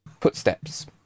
footsteps